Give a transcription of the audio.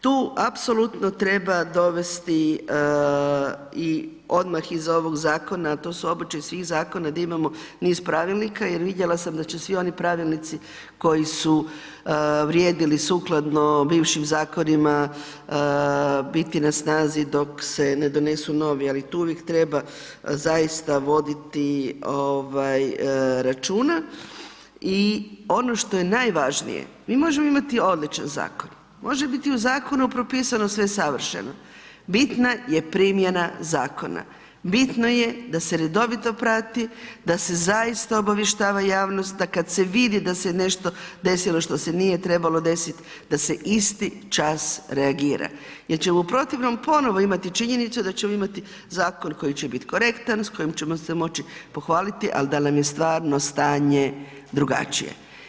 Tu apsolutno treba dovesti i odmah iz ovog zakona, a to su običaji svih zakona da imamo niz pravilnika jer vidjela sam da će svi oni pravilnici koji su vrijedili sukladno bivšim zakonima biti na snazi dok se ne donesu novi, ali tu uvijek treba zaista voditi računa i ono što je najvažnije, mi možemo imati odličan zakon, može biti u zakonu propisano sve savršeno, bitna je primjena zakona, bitno je da se redovito prati, da se zaista obavještava javnost, da kad se vidi da se nešto desilo što se nije trebalo desit da se isti čas reagira jer ćemo u protivnom ponovo imati činjenicu da ćemo imati zakon koji će biti korektan, s kojim ćemo se moći pohvaliti, al da nam je stvarno stanje drugačije.